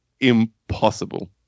impossible